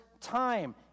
time